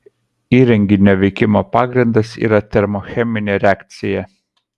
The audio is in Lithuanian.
įrenginio veikimo pagrindas yra termocheminė reakcija